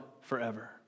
forever